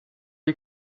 die